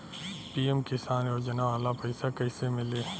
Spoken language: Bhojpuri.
पी.एम किसान योजना वाला पैसा कईसे मिली?